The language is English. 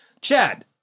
Chad